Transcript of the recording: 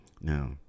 Now